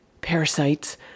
parasites